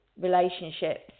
relationships